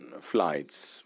flights